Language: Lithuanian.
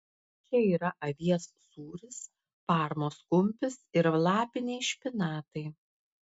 čia yra avies sūris parmos kumpis ir lapiniai špinatai